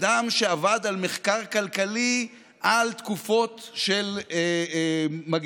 אדם שעבד על מחקר כלכלי על תקופות של מגפה.